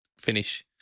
finish